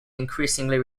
increasingly